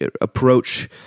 approach